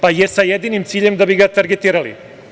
Dakle, sa jedinim ciljem - da bi ga targetirali.